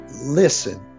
listen